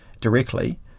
directly